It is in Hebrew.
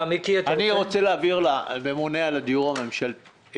אני רוצה להבהיר לממונה על הדיור הממשלתי.